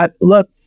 look